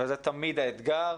וזה תמיד האתגר.